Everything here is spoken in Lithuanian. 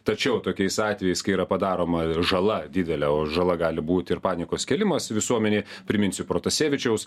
tačiau tokiais atvejais kai yra padaroma žala didelė o žala gali būti ir panikos kėlimas visuomenei priminsiu protasevičiaus